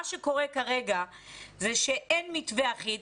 כרגע אין מתווה אחיד,